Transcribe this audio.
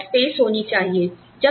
यहां पर स्पेस होनी चाहिए